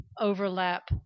overlap